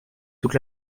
toute